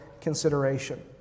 consideration